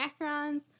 macarons